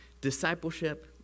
Discipleship